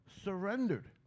surrendered